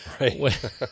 Right